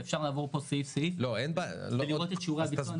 ואפשר לעבור פה סעיף-סעיף ולראות את שיעורי הביצוע.